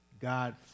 God